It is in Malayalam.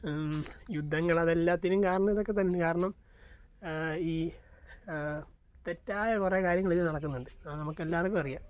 യുദ്ധങ്ങൾ അതല്ലാത്തിലും കാരണം ഇതൊക്കെ തന്നെ കാരണം ഈ തെറ്റായ കുറെ കാര്യങ്ങളിതിൽ നടക്കുന്നുണ്ട് അത് നമുക്ക് എല്ലാവർക്കും അറിയാം